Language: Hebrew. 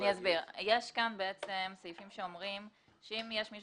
יש כאן סעיפים שאומרים שאם יש מישהו